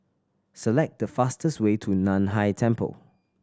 select the fastest way to Nan Hai Temple